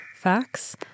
Facts